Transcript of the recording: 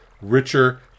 richer